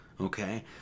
Okay